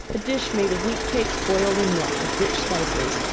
a dish made of wheat cakes boiled in milk with rich spices,